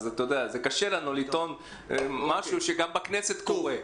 קשה לנו לטעון משהו שגם בכנסת קורה.